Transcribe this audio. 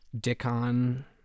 Dickon